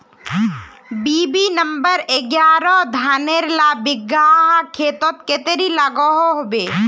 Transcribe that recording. BB number एगारोह धानेर ला एक बिगहा खेतोत कतेरी लागोहो होबे?